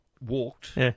walked